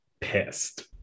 Pissed